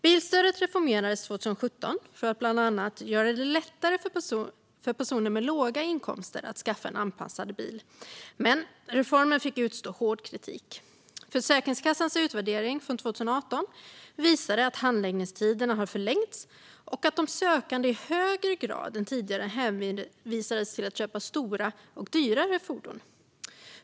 Bilstödet reformerades 2017 för att bland annat göra det lättare för personer med låga inkomster att skaffa en anpassad bil, men reformen fick utstå hård kritik. Försäkringskassans utvärdering från 2018 visade att handläggningstiderna hade förlängts och att de sökande i högre grad än tidigare hänvisades till att köpa stora och dyrare fordon.